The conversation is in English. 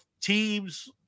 teams